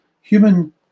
human